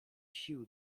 sił